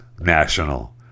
national